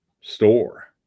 store